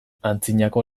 antzinako